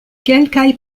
kelkaj